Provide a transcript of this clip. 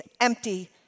empty